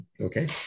Okay